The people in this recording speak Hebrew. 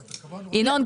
ינון,